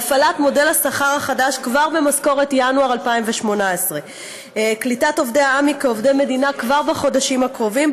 להפעלת מודל השכר החדש כבר במשכורת ינואר 2018. קליטת עובדי עמ"י כעובדי מדינה כבר בחודשים הקרובים,